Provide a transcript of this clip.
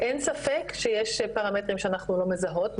אין ספק שיש פרמטרים שאנחנו לא מזהות,